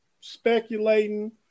speculating